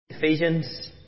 Ephesians